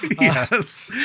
Yes